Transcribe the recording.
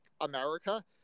America